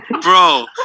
Bro